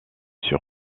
sur